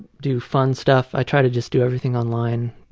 do fun stuff. i try to just do everything online.